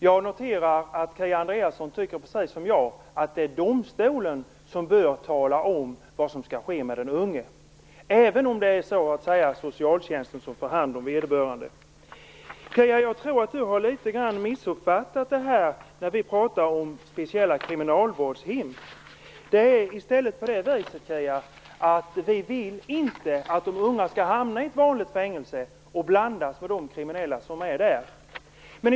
Jag noterar att Kia Andreasson precis som jag tycker att det är domstolen som bör tala om vad som skall ske med den unge även om det så att säga är socialtjänsten som tar hand om vederbörande. Jag tror att Kia Andreasson har missuppfattat litet grand när det gäller de speciella kriminalvårdshem vi har pratat om. Vi vill inte att de unga skall hamna i vanliga fängelser och blandas med de kriminella personer som finns där.